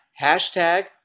hashtag